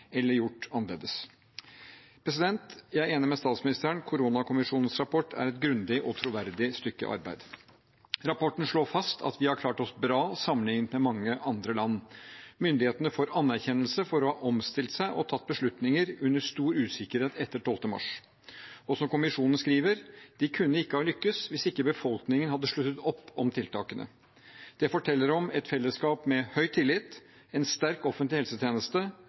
gjort annerledes. Jeg er enig med statsministeren, koronakommisjonens rapport er et grundig og troverdig stykke arbeid. Rapporten slår fast at vi har klart oss bra sammenlignet med mange andre land. Myndighetene får anerkjennelse for å ha omstilt seg og tatt beslutninger under stor usikkerhet etter 12. mars. Og som kommisjonen skriver: De kunne ikke ha lykkes hvis ikke befolkningen hadde sluttet opp om tiltakene. Det forteller om et fellesskap med høy tillit, en sterk offentlig helsetjeneste,